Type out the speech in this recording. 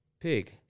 Pig